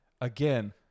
again